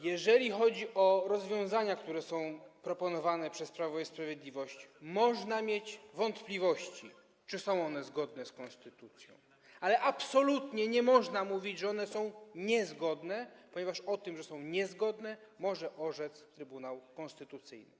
Jeżeli chodzi o rozwiązania, które są proponowane przez Prawo i Sprawiedliwość, można mieć wątpliwości, czy są one zgodne z konstytucją, ale absolutnie nie można mówić, że one są niezgodne, ponieważ o tym, że są niezgodne, może orzec Trybunał Konstytucyjny.